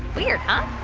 weird, huh?